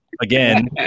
again